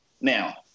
Now